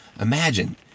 imagine